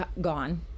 gone